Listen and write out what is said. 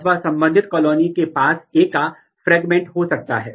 इसलिए उदाहरण के लिए यह FLAG टैग है